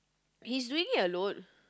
he's doing it alone